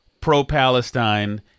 pro-Palestine